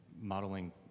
modeling